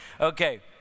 Okay